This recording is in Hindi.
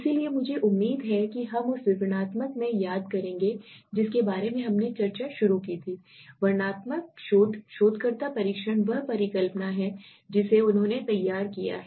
इसलिए मुझे उम्मीद है कि हम उस विवरणात्मक में याद करेंगे जिसके बारे में हमने चर्चा शुरू की थी वर्णनात्मक शोध शोधकर्ता परीक्षण वह परिकल्पना है जिसे उन्होंने तैयार किया है